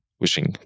wishing